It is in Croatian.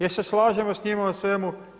Jel' se slažemo s njima u svemu?